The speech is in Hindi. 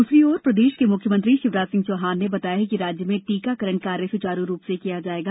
दूसरी ओर प्रदेश के मुख्यमंत्री शिवराज सिंह चौहान ने बताया कि राज्य में टीकाकरण कार्य सुचारू रूप से किया जाएगा